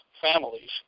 families